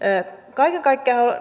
kaiken kaikkiaan